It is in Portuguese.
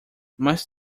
mais